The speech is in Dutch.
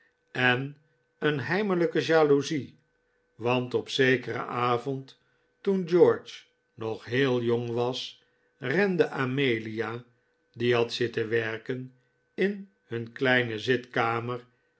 en een heimelijke jaloezie want op zekeren avond toen george nog heel jong was rende amelia die had zitten werken in hun kleine zitkamer